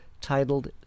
titled